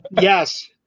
yes